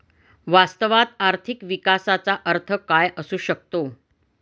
वास्तवात आर्थिक विकासाचा अर्थ काय असू शकतो?